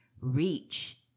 reach